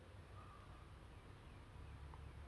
everyone must be doing good lah especially now in COVID